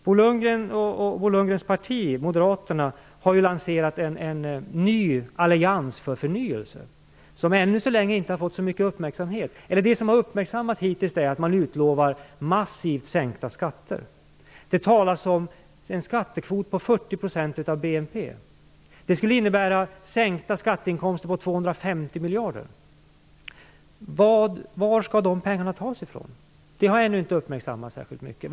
Bo Lundgren och hans parti, Moderaterna, har ju lanserat en ny allians för förnyelse, som än så länge inte har fått så mycket uppmärksamhet. Men det som hittills har uppmärksammats är att man utlovar massivt sänkta skatter. Det talas om en skattekvot på 40 % av BNP. Det skulle innebära sänkta skatteinkomster på 250 miljarder. Var dessa pengar skall tas ifrån är en fråga som inte har uppmärksammats särskilt mycket.